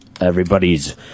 everybody's